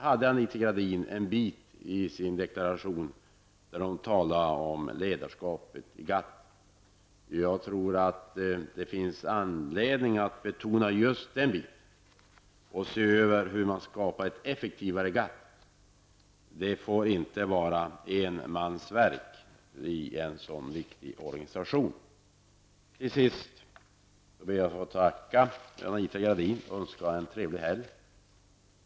I Anita Gradins handelspolitiska deklaration finns det ett avsnitt om ledarskapet i GATT. Jag tror att det finns anledning att betona just den biten och att se vilka förutsättningar som finns när det gäller att göra GATT effektivare. Det får inte vara fråga om en mans verk när det gäller en så viktig organisation. Till sist ber jag att få tacka Anita Gradin och tillönska henne en trevlig helg.